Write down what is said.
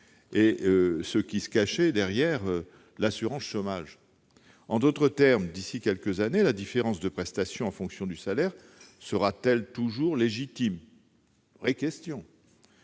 ce qui se cachait derrière l'assurance chômage. En d'autres termes, d'ici à quelques années, la différence de prestations en fonction du salaire sera-t-elle toujours légitime ? C'est une